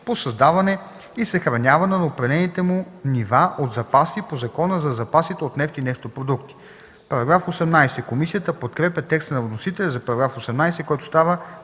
по създаване и съхраняване на определените му нива от запаси по Закона за запасите от нефт и нефтопродукти.” Комисията подкрепя текста на вносителя за § 18, който става